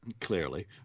Clearly